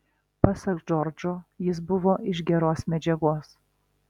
pasak džordžo jis buvo iš geros medžiagos